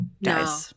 No